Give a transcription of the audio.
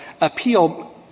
appeal –